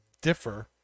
differ